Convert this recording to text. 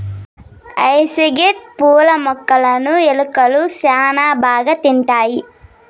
hyacinth పూల మొక్కలును ఎలుకలు శ్యాన బాగా తింటాయి